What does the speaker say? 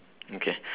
okay